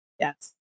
Yes